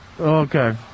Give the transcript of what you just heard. Okay